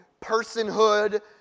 personhood